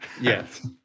Yes